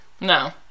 No